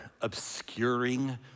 obscuring